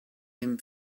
him